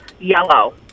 yellow